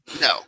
No